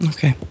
Okay